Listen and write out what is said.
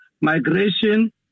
migration